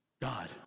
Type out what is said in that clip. God